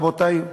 רבותי?